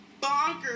bonkers